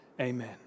Amen